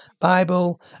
Bible